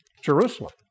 Jerusalem